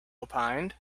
opined